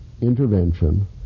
intervention